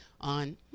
on